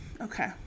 Okay